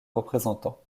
représentant